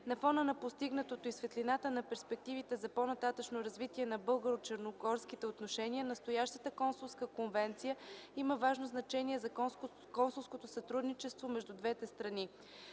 На фона на постигнатото и в светлината на перспективите за по-нататъшно развитие на българо-черногорските отношения настоящата Консулска конвенция има важно значение за консулското сътрудничество между двете страни.